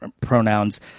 pronouns